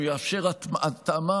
הוא יאפשר התאמה.